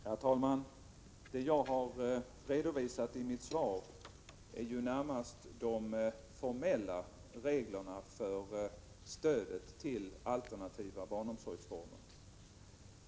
Herr talman! Det jag har redovisat i mitt svar är närmast de formella reglerna för stödet till alternativa barnomsorgsformer.